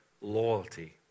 loyalty